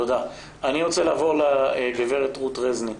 אני רוצה לעבור לגברת רות רזניק,